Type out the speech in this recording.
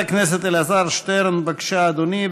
חבר הכנסת אלעזר שטרן, בבקשה, אדוני.